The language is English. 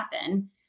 happen